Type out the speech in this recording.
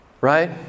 Right